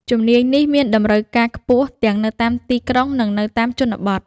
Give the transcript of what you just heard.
ជំនាញនេះមានតម្រូវការខ្ពស់ទាំងនៅតាមទីក្រុងនិងនៅតាមតំបន់ជនបទ។